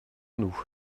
nous